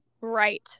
right